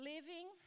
Living